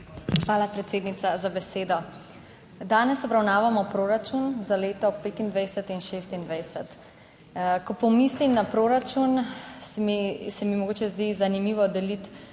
Hvala predsednica za besedo. Danes obravnavamo proračun za leto 2025 in 2026. Ko pomislim na proračun, se mi mogoče zdi zanimivo deliti